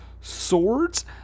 Swords